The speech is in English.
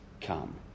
come